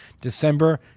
December